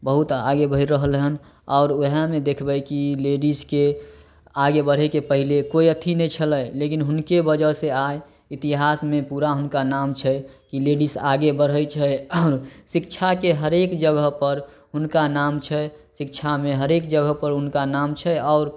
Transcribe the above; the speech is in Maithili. बहुत आगे बढ़ि रहल हन आओर वएहमे देखबै कि लेडिजके आगे बढ़ेके पहिले कोइ एथी नहि छलै लेकिन हुनके वजह से आइ इतिहासमे पूरा हुनका नाम छै कि लेडिस आगे बढ़ै छै शिक्षाके हरेक जगह पर हुनका नाम छै शिक्षामे हरेक जगह पर हुनका नाम छै आओर